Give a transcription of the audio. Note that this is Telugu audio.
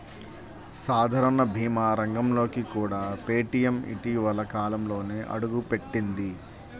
సాధారణ భీమా రంగంలోకి కూడా పేటీఎం ఇటీవలి కాలంలోనే అడుగుపెట్టింది